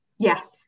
Yes